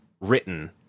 written